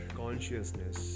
consciousness